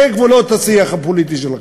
אלה גבולות השיח הפוליטי שלכם,